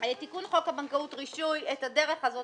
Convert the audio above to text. תיקון חוק הבנקאות (רישוי) את הדרך הזאת